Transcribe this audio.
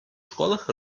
школах